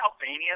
Albania